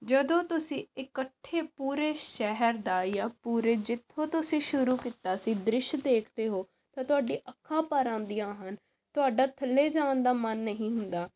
ਜਦੋਂ ਤੁਸੀਂ ਇਕੱਠੇ ਪੂਰੇ ਸ਼ਹਿਰ ਦਾ ਜਾਂ ਪੂਰੇ ਜਿੱਥੋਂ ਤੁਸੀਂ ਸ਼ੁਰੂ ਕੀਤਾ ਸੀ ਦ੍ਰਿਸ਼ ਦੇਖਦੇ ਹੋ ਤਾਂ ਤੁਹਾਡੀ ਅੱਖਾਂ ਭਰ ਆਉਂਦੀਆਂ ਹਨ ਤੁਹਾਡਾ ਥੱਲੇ ਜਾਣ ਦਾ ਮਨ ਨਹੀਂ ਹੁੰਦਾ